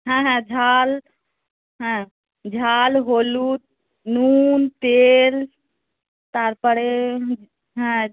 হ্যাঁ হ্যাঁ ঝাল হ্যাঁ ঝাল হলুদ নুন তেল তার পরে হ্যাঁ